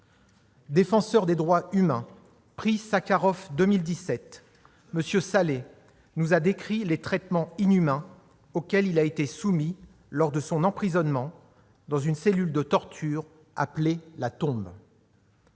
Défenseur des droits humains, prix Sakharov 2017, M. Saleh nous a décrit les traitements inhumains auxquels il a été soumis lors de son emprisonnement dans une cellule de torture appelée « la tombe ».